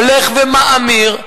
הולך ומאמיר.